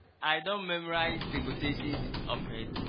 i don't memorize the quotations of hate